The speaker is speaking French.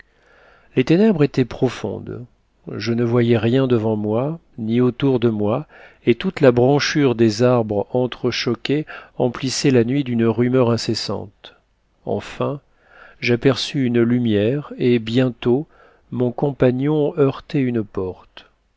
les ténèbres étaient profondes je ne voyais rien devant moi ni autour de moi et toute la branchure des arbres entrechoqués emplissait la nuit d'une rumeur incessante enfin j'aperçus une lumière et bientôt mon compagnon heurtait une porte